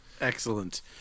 excellent